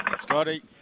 Scotty